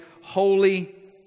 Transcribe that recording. holy